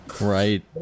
Right